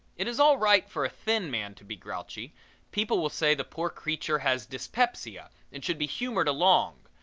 it is all right for a thin man to be grouchy people will say the poor creature has dyspepsia and should be humored along.